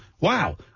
wow